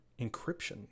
encryption